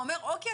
אומר אוקיי,